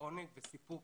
עונג וסיפוק